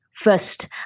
First